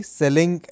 selling